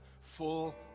full